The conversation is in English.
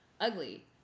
ugly